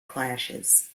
clashes